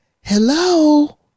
hello